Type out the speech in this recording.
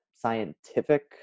scientific